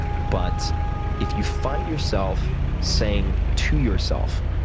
but if you find yourself saying to yourself,